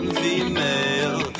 female